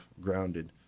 grounded